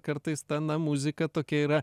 kartais ta na muzika tokia yra